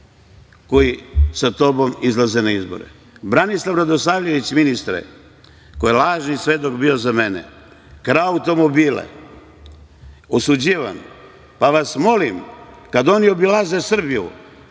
koji sa tobom izlaze na izbore. Branislav Radosavljević, ministre, koji je lažni svedok bio za mene, krao je automobile, osuđivan. Molim vas, kada oni obilaze Srbiju,